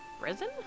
prison